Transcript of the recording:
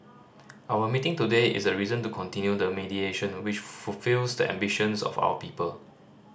our meeting today is a reason to continue the mediation which fulfils the ambitions of our people